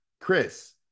Chris